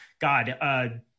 God